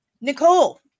Nicole